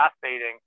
fascinating